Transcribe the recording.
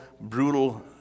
brutal